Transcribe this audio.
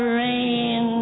rain